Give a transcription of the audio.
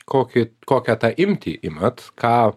kokį kokią tą imtį imat ką